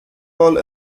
wall